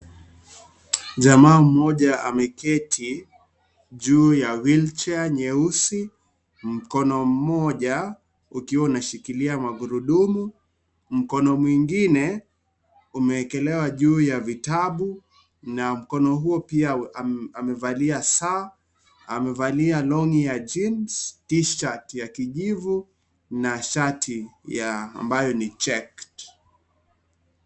Jamaa mmoja ameketi juu ya wheelchair nyeusi mkono mmoja ukiwa uanshikilia magurudumu. Mkono mwengine umeekelewa juu ya vitabu na mkono huo pia amevalia saa, amevalia long'i ya jeans, t-shirt ya kijivu na shati ambayo ni checked .